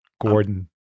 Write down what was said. Gordon